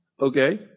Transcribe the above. okay